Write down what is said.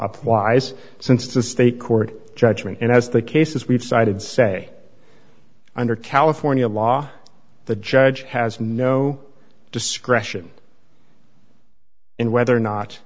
applies since the state court judgment and has the cases we've cited say under california law the judge has no discretion in whether or not